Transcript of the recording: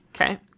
Okay